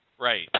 Right